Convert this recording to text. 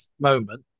moment